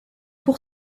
pour